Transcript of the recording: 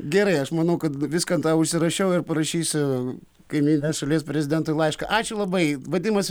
gerai aš manau kad viską tą užsirašiau ir parašysiu kaimyninės šalies prezidentui laišką ačiū labai vadimas